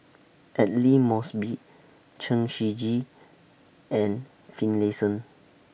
Aidli Mosbit Chen Shiji and Finlayson